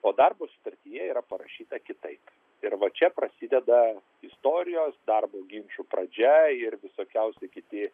o darbo sutartyje yra parašyta kitaip ir va čia prasideda istorijos darbo ginčų pradžia ir visokiausi kiti